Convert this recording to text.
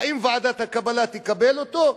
האם ועדת הקבלה תקבל אותו?